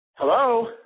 Hello